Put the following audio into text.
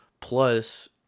Plus